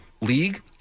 league